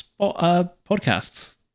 podcasts